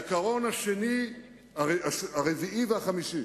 העיקרון הרביעי והחמישי